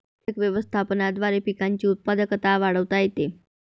कीटक व्यवस्थापनाद्वारे पिकांची उत्पादकता वाढवता येते